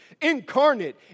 incarnate